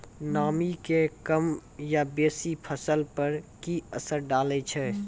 नामी के कम या बेसी फसल पर की असर डाले छै?